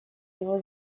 его